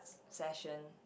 session